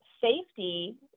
safety